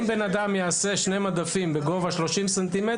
אם בן אדם יעשה שני מדפים בגובה 30 סנטימטרים,